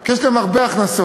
כי יש להם הרבה הכנסות.